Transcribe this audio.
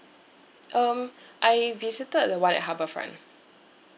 um I visited the [one] at harbourfront